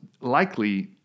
likely